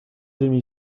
demi